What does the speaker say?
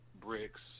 bricks